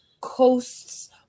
coasts